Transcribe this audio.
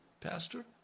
pastor